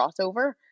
crossover